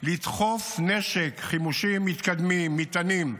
לדחוף נשק, חימושים מתקדמים, מטענים,